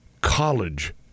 college